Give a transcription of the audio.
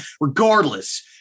Regardless